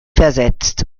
versetzt